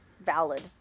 valid